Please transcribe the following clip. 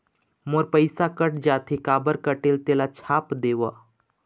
मोर पैसा कट जाथे काबर कटथे तेला छाप देव?